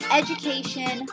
education